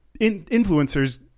influencers